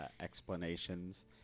explanations